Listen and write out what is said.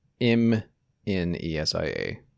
M-N-E-S-I-A